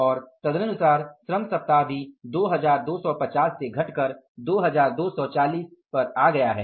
इसलिए तदनुसार श्रम सप्ताह भी 2250 से घटकर 2240 पर आ गया हैं